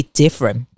different